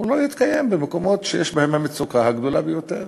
הוא לא יתקיים במקומות שיש בהם המצוקה הגדולה ביותר,